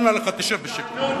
אנא לך, תשב בשקט.